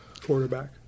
Quarterback